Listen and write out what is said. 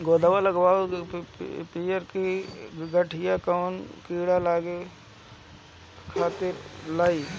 गोदवा लगवाल पियरकि पठिया कवने कीड़ा खातिर लगाई?